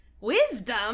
Wisdom